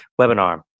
webinar